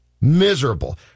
miserable